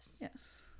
Yes